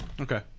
Okay